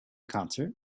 concert